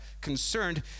concerned